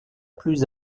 plus